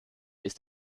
ist